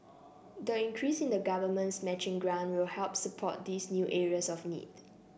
the increase in the government's matching grant will help support these new areas of need